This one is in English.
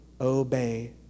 obey